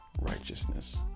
righteousness